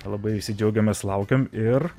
labai visi džiaugiamės laukiam ir